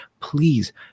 please